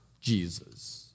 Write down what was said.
Jesus